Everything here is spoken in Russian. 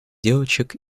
девочек